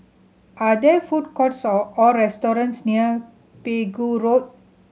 are there food courts or restaurants near Pegu Road